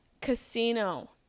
Casino